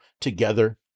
together